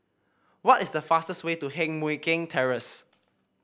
what is the fastest way to Heng Mui Keng Terrace